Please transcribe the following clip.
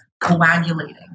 coagulating